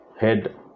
head